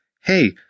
Hey